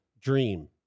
dream